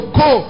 go